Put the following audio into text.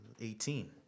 Eighteen